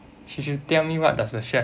she should tell me what does the chef